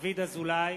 דוד אזולאי,